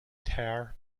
tear